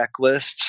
checklists